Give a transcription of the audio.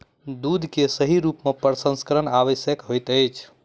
दूध के सही रूप में प्रसंस्करण आवश्यक होइत अछि